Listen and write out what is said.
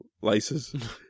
laces